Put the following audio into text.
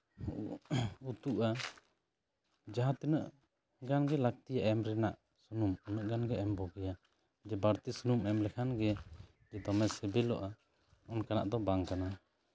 ᱩᱛᱩᱜᱼᱟ ᱡᱟᱦᱟᱸ ᱛᱤᱱᱟᱹᱜ ᱜᱟᱱᱜᱮ ᱞᱟᱹᱠᱛᱤᱜᱼᱟ ᱮᱢ ᱨᱮᱱᱟᱜ ᱥᱩᱱᱩᱢ ᱤᱱᱟᱹᱜ ᱜᱟᱱ ᱜᱮ ᱮᱢ ᱵᱩᱜᱤᱭᱟ ᱡᱮ ᱵᱟᱹᱲᱛᱤ ᱥᱩᱱᱩᱢ ᱮᱢ ᱞᱮᱠᱷᱟᱱ ᱜᱮ ᱡᱮ ᱫᱚᱢᱮ ᱥᱤᱵᱤᱞᱚᱜᱼᱟ ᱚᱱᱠᱟᱱᱟᱜ ᱫᱚ ᱵᱟᱝ ᱠᱟᱱᱟ